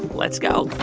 let's go.